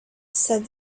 said